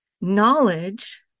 knowledge